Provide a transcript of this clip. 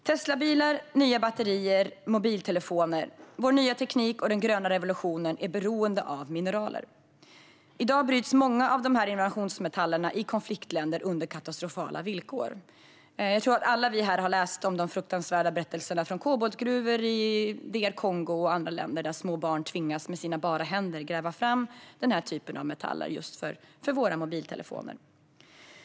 Teslabilar, nya batterier, mobiltelefoner - vår nya teknik och den gröna revolutionen är beroende av mineraler. I dag bryts många av de här innovationsmetallerna i konfliktländer under katastrofala villkor. Jag tror att alla vi här har läst de fruktansvärda berättelserna från koboltgruvor i DR Kongo och andra länder där små barn tvingas att med sina bara händer gräva fram den här typen av metaller till våra mobiltelefoner.